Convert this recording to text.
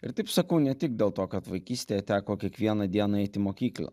ir taip sakau ne tik dėl to kad vaikystėje teko kiekvieną dieną eiti į mokyklą